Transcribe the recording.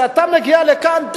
כשאתה מגיע לכאן,